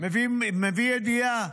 מביא ידיעה: